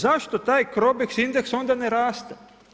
Zašto taj Crobex indeks onda ne raste?